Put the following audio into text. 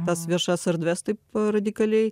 tas viešas erdves taip radikaliai